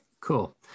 cool